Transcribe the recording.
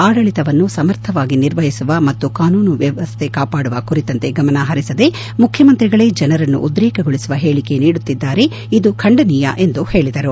ಆಡಳಿತವನ್ನು ಸಮರ್ಥವಾಗಿ ನಿರ್ವಹಿಸುವ ಮತ್ತು ಕಾನೂನು ಸುವ್ಯವಸ್ಥೆ ಕಾಪಾಡುವ ಕುರಿತಂತೆ ಗಮನಹರಿಸದೇ ಮುಖ್ಡಮಂತ್ರಿಗಳೇ ಜನರನ್ನು ಉದ್ರೇಕಗೊಳಿಸುವ ಹೇಳಿಕೆ ನೀಡುತ್ತಿದ್ದಾರೆ ಇದು ಖಂಡನೀಯ ಎಂದು ಹೇಳಿದರು